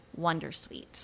Wondersuite